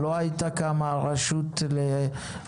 לא הייתה קמה הרשות לערבים,